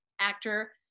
actor